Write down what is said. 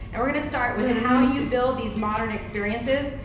and we're gonna start with how you build these modern experiences.